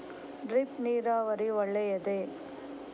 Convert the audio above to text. Drip ನೀರಾವರಿ ಒಳ್ಳೆಯದೇ?